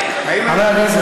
הרי יאיר לפיד